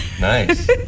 Nice